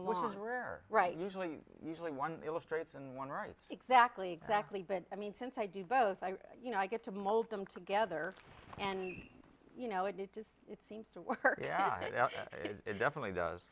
were right usually usually one illustrates and one writes exactly exactly but i mean since i do both i you know i get to mold them together and you know it it does it seems to work yeah it definitely does